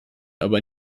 aber